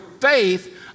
faith